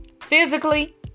physically